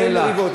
אין מריבות.